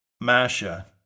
Masha